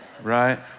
Right